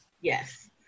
Yes